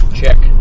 check